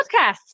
Podcast